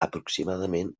aproximadament